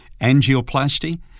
angioplasty